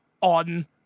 on